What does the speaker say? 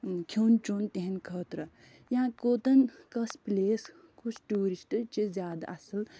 کھٮ۪وُن چٮ۪وُن تِہٕنٛدِ خٲطرٕ یا کوٚتَن کۅس پُلیس کُس ٹیٛوٗرِسٹہٕ چھِ زیادٕ اَصٕل